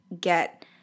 get